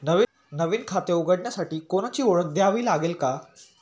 नवीन खाते उघडण्यासाठी कोणाची ओळख द्यावी लागेल का?